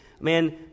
Man